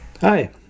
Hi